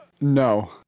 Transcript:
no